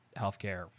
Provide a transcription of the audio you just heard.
healthcare